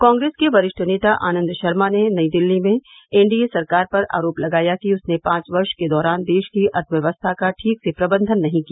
कांग्रेस के वरिष्ठ नेता आनंद शर्मा ने नई दिल्ली में एनडीए सरकार पर आरोप लगाया कि उसने पांच वर्ष के दौरान देश की अर्थव्यवस्था का ठीक से प्रबंधन नहीं किया